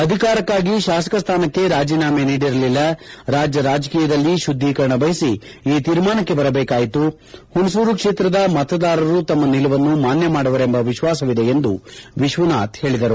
ಅಧಿಕಾರಕ್ಕಾಗಿ ಶಾಸಕ ಸ್ಥಾನಕ್ಕೆ ರಾಜೀನಾಮೆ ನೀಡಲಿಲ್ಲ ರಾಜ್ಯ ರಾಜಕೀಯದಲ್ಲಿ ಶುದ್ದೀಕರಣ ಬಯಸಿ ಈ ತೀರ್ಮಾನಕ್ಕೆ ಬರಬೇಕಾಯಿತು ಹುಣಸೂರು ಕ್ಷೇತ್ರದ ಮತದಾರರು ತಮ್ಮ ನಿಲುವನ್ನು ಮಾನ್ಯ ಮಾಡುವರೆಂಬ ವಿಶ್ವಾಸವಿದೆ ಎಂದು ವಿಶ್ವನಾಥ್ ಹೇಳಿದರು